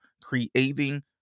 creating